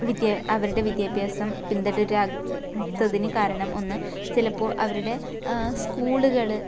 വിദ്യ അവരുടെ വിദ്യാഭ്യാസം പിന്തുടരാത്തത്തിനു കാരണം ഒന്ന് ചിലപ്പോൾ അവരുടെ സ്കൂളുകൾ